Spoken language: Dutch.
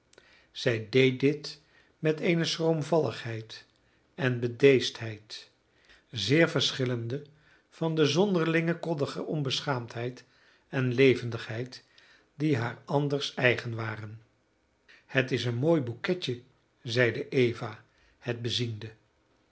zij deed dit met eene schroomvalligheid en bedeesdheid zeer verschillende van de zonderlinge koddige onbeschaamdheid en levendigheid die haar anders eigen waren het is een mooi bouquetje zeide eva het beziende